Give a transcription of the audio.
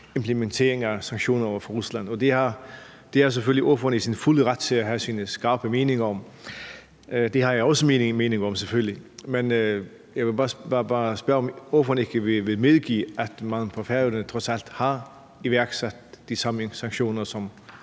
implementering af sanktioner over for Rusland. Og det er ordføreren selvfølgelig i sin fulde ret til at have sine skarpe meninger om; det har jeg selvfølgelig også mine meninger om. Men jeg vil bare spørge, om ordføreren ikke vil medgive, at man på Færøerne trods alt har iværksat de samme sanktioner,